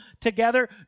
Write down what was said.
together